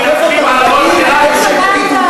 אתה דוחף אותם לקיר כדי שהם יגידו "לא".